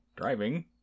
driving